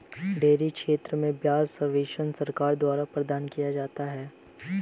dairy क्षेत्र में ब्याज सब्वेंशन सरकार द्वारा प्रदान किया जा रहा है